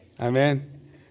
Amen